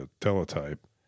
Teletype